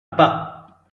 pas